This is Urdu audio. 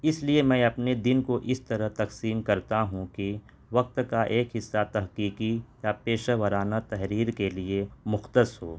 اس لیے میں اپنے دن کو اس طرح تقسیم کرتا ہوں کہ وقت کا ایک حصہ تحقیقی یا پیشہ ورانہ تحریر کے لیے مختص ہو